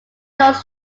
knows